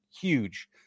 huge